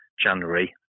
January